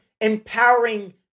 empowering